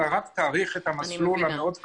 אלא רק תאריך את המסלול המאוד קשה.